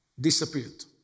disappeared